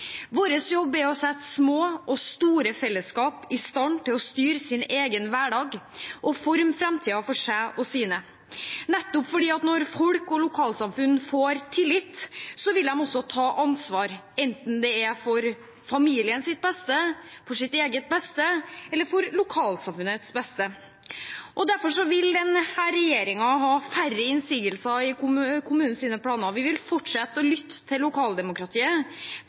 Vår jobb er å sette små og store fellesskap i stand til å styre sin egen hverdag og forme framtiden for seg og sine, for nettopp når folk og lokalsamfunn får tillit, vil de også ta ansvar, enten det er til familiens beste, til eget beste eller til lokalsamfunnets beste. Derfor vil denne regjeringen ha færre innsigelser i kommunenes planer, vi vil fortsette å lytte til lokaldemokratiet.